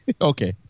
okay